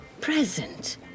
present